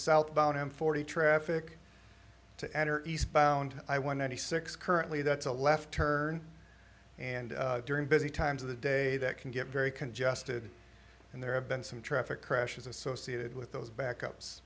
southbound and forty traffic to enter eastbound i one hundred six currently that's a left turn and during busy times of the day that can get very congested and there have been some traffic crashes associated with those backups